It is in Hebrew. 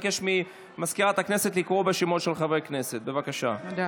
על הצעת החוק יישום תוכנית ההתנתקות (תיקון,